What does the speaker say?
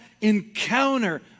encounter